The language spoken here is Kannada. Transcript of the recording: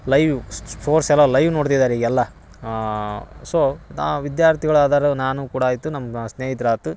ಲೈವ್ ಸ್ಪೋರ್ಟ್ಸ್ ಎಲ ಲೈವ್ ನೋಡ್ತಿದಾರೆ ಈಗೆಲ್ಲ ಸೊ ನಾ ವಿದ್ಯಾರ್ಥಿಗಳು ಅದಾರು ನಾನು ಕೂಡ ಆಯಿತು ನಮ್ಮ ಸ್ನೇಹಿತ್ರ ಆತು